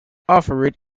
offered